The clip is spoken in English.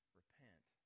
repent